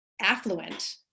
affluent